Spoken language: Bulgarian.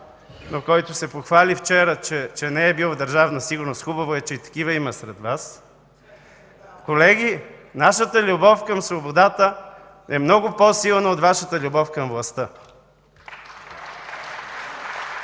но който се похвали вчера, че не е бил в Държавна сигурност – хубаво е, че и такива има сред Вас, колеги, нашата любов към свободата е много по-силна от Вашата любов към властта.